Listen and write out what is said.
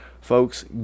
folks